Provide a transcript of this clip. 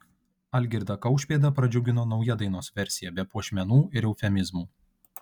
algirdą kaušpėdą pradžiugino nauja dainos versija be puošmenų ir eufemizmų